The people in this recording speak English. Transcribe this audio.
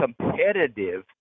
competitive